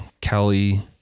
Kelly